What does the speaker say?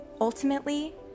ultimately